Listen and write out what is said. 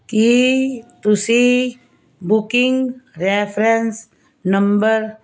ਕੀ ਤੁਸੀਂ booking reference number